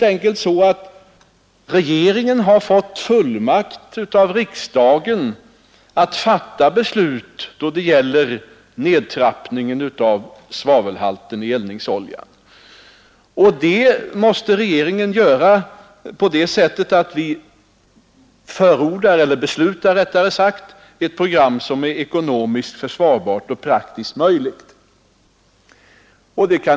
Regeringen har helt enkelt fått fullmakt av riksdagen att fatta beslut om nedtrappningen av svavelhalten i eldningsoljan, och då måste regeringen besluta om ett program som är ekonomiskt försvarbart och praktiskt möjligt att genomföra.